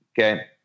okay